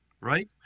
right